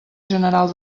general